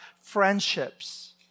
friendships